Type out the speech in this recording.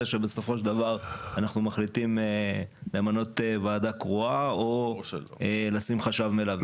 שבסופו של דבר אנחנו מחליטים למנות ועדה קרואה או לשים חשב מלווה.